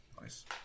Nice